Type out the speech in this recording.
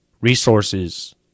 Resources